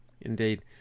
Indeed